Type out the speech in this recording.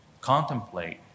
contemplate